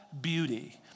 beauty